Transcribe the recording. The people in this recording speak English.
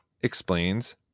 explains